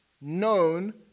known